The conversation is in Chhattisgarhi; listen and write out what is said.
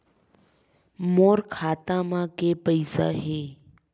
मोर खाता म के पईसा हे?